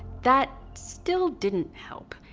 that still didn't help.